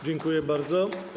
Dziękuję bardzo.